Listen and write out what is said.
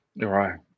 Right